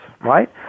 right